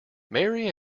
mary